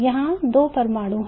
यहाँ दो परमाणु हैं